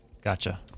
Gotcha